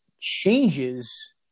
changes